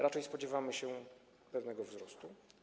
Raczej spodziewamy się pewnego wzrostu.